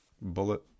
bullet